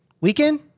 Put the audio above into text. Weekend